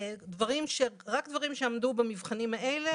רק דברים שעמדו במבחנים האלה